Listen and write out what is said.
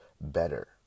better